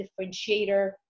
differentiator